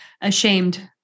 ashamed